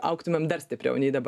augtumėm dar stipriau nei dabar